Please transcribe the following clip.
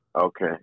Okay